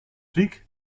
ziek